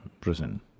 prison